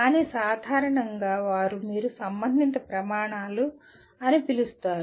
కానీ సాధారణంగా వారు మీరు సంబంధిత ప్రమాణాలు అని పిలుస్తారు